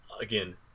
again